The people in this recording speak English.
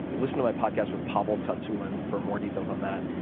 listen to my podcast with pavel tsatsouline for more details on that.